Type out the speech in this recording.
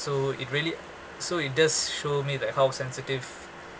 so it really so it does show me that how sensitive